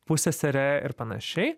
pusseserė ir panašiai